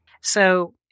So-